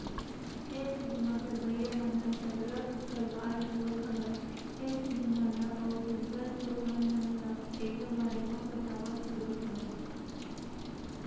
health बीमा करवइया मन ह सरलग करवात घलोक हवय हेल्थ बीमा ल अउ दूसर लोगन मन ल ऐखर बारे म बतावत घलोक हवय